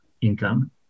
income